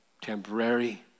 temporary